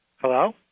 Hello